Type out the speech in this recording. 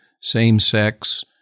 same-sex